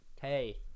Hey